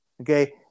Okay